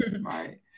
right